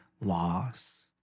loss